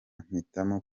mpitamo